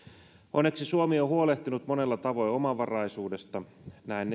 onneksi suomi on huolehtinut monella tavoin omavaraisuudesta näin